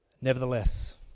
Nevertheless